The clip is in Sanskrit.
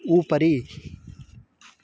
उपरि